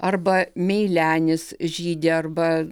arba meilenis žydi arba